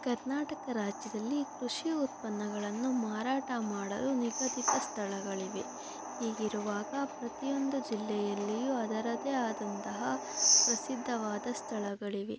ಕರ್ನಾಟಕ ರಾಜ್ಯದಲ್ಲಿ ಕೃಷಿ ಉತ್ಪನ್ನಗಳನ್ನು ಮಾರಾಟ ಮಾಡಲು ನಿಗದಿತ ಸ್ಥಳಗಳಿವೆ ಹೀಗಿರುವಾಗ ಪ್ರತಿಯೊಂದು ಜಿಲ್ಲೆಯಲ್ಲಿಯೂ ಅದರದೇ ಆದಂತಹ ಪ್ರಸಿದ್ಧವಾದ ಸ್ಥಳಗಳಿವೆ